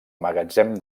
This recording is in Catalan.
magatzem